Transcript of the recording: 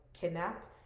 kidnapped